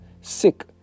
sick